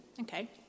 okay